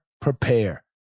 prepare